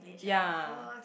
ya